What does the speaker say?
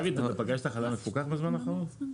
דוד, אתה פגשת חלב מפוקח בזמן האחרון?